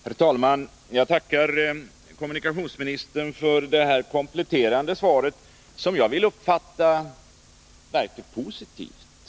Herr talman! Jag tackar kommunikationsministern för detta kompletterande svar, som jag vill uppfatta som verkligt positivt.